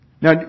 Now